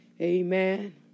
Amen